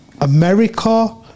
America